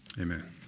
Amen